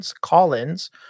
Collins